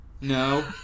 No